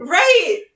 right